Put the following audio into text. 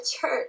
church